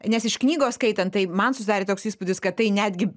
nes iš knygos skaitant tai man susidarė toks įspūdis kad tai netgi